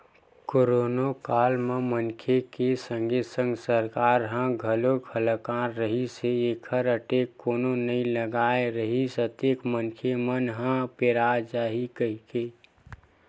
करोनो काल म मनखे के संगे संग सरकार ह घलोक हलाकान रिहिस हे ऐखर अटकर कोनो नइ लगाय रिहिस अतेक मनखे मन ह पेरा जाही कहिके